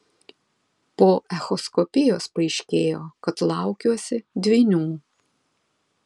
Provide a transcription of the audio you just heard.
po echoskopijos paaiškėjo kad laukiuosi dvynių